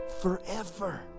Forever